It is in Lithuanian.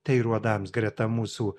tai ir uodams greta mūsų